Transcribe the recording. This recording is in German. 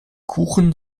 kuchen